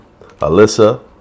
Alyssa